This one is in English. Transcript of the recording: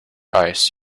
ice